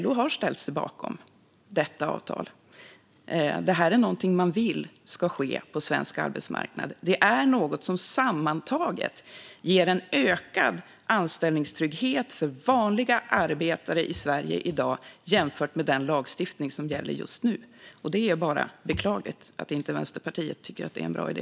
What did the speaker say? LO har ställt sig bakom detta avtal. Det här är någonting man vill ska ske på svensk arbetsmarknad. Det är något som sammantaget ger en ökad anställningstrygghet för vanliga arbetare i Sverige i dag jämfört med den lagstiftning som gäller just nu. Det är bara beklagligt att inte Vänsterpartiet tycker att det är en bra idé.